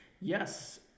Yes